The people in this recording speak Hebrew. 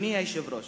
אדוני היושב-ראש,